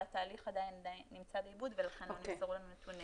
והתהליך עדיין נמצא בעיבוד ולכן לא נמסרו לנו נתונים.